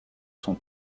son